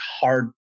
hard